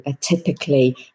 typically